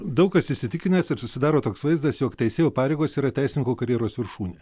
daug kas įsitikinęs ir susidaro toks vaizdas jog teisėjo pareigos yra teisininko karjeros viršūnė